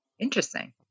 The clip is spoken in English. Interesting